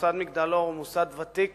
המוסד "מגדל אור" הוא מוסד ותיק